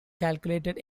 calculated